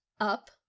up